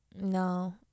No